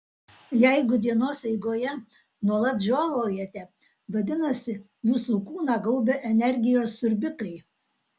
jeigu dienos eigoje nuolat žiovaujate vadinasi jūsų kūną gaubia energijos siurbikai